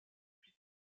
plus